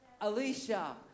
Alicia